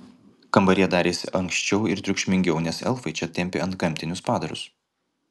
kambaryje darėsi ankščiau ir triukšmingiau nes elfai čia tempė antgamtinius padarus